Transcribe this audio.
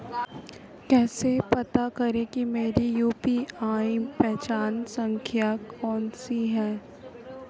कैसे पता करें कि मेरी यू.पी.आई पहचान संख्या कौनसी है?